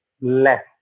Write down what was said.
less